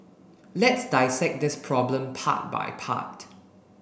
let's dissect this problem part by part